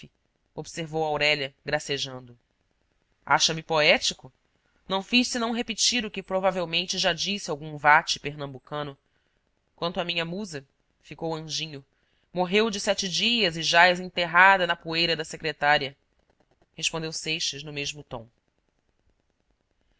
observou aurélia gracejando acha-me poético não fiz senão repetir o que provavelmente já disse algum vate pernambucano quanto à minha musa ficou anjinho morreu de sete dias e jaz enterrada na poeira da secretária respondeu seixas no mesmo tom